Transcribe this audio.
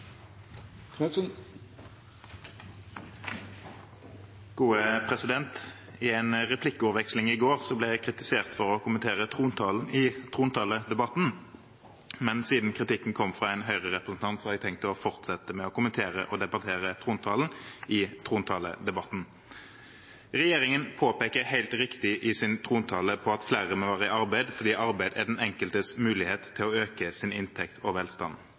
I en replikkordveksling i går ble jeg kritisert for å kommentere trontalen i trontaledebatten. Men siden kritikken kom fra en Høyre-representant, har jeg tenkt å fortsette å kommentere og debattere trontalen i trontaledebatten. Regjeringen påpeker helt riktig i sin trontale at flere må i arbeid fordi arbeid er den enkeltes mulighet til å øke sin inntekt og velstand.